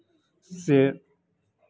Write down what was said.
से